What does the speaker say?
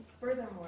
Furthermore